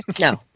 No